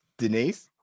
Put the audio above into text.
denise